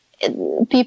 People